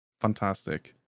Fantastic